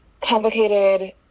complicated